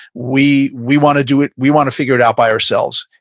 we we want to do it, we want to figure it out by ourselves.